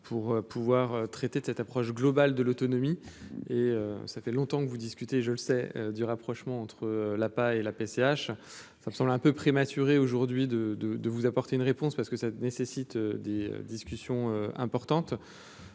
pour pouvoir traiter de cette approche globale de l'autonomie et ça fait longtemps que vous discutez, je le sais, du rapprochement entre la paille la PCH, ça me semble un peu prématuré aujourd'hui de, de, de vous apporter une réponse parce que ça nécessite des discussions importantes